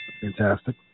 fantastic